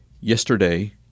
Yesterday